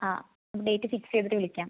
അതെ date fix ചെയ്തിട്ട് വിളിക്കാം